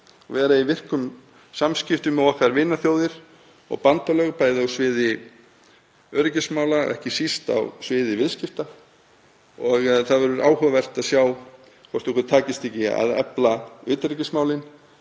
vera í virkum samskiptum við vinaþjóðir okkar og bandalög, bæði á sviði öryggismála en ekki síst á sviði viðskipta. Það verður áhugavert að sjá hvort okkur takist ekki að efla utanríkismálin